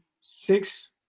six